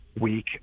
week